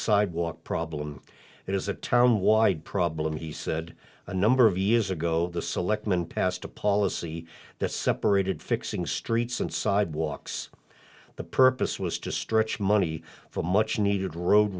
sidewalk problem it is a town wide problem he said a number of years ago the selectmen passed a policy that separated fixing streets and sidewalks the purpose was to stretch money for a much needed road